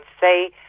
say